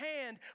hand